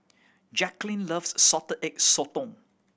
Jaclyn loves Salted Egg Sotong